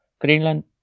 Greenland